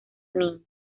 flynn